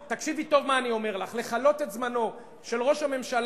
תקשיבי טוב מה שאני אומר לך: לכלות את זמנו של ראש הממשלה